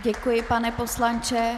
Děkuji, pane poslanče.